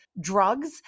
drugs